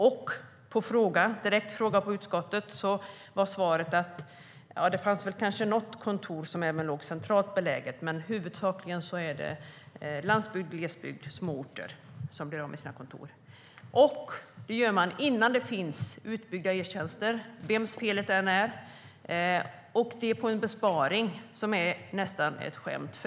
På en direkt fråga till honom i utskottet svarade han att det kanske var något kontor som var centralt beläget som skulle läggas ned men att det huvudsakligen är landsbygd, glesbygd och små orter som blir av med sina kontor. Detta gör man innan det finns utbyggda e-tjänster, oavsett vems fel det är. Besparingen är nästan ett skämt.